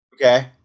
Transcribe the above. Okay